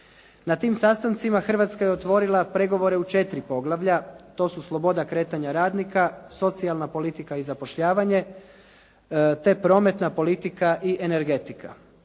Na tim sastancima Hrvatska je otvorila pregovore u četiri pregovora. To su sloboda kretanja radnika, socijalna politika i zapošljavanje, te prometna politika i energetika.